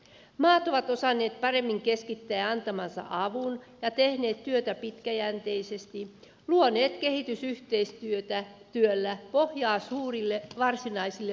maat ovat osanneet paremmin keskittää antamansa avun ja tehneet työtä pitkäjänteisesti luoneet kehitysyhteistyöllä pohjaa suurille varsinaisille vientiprojekteille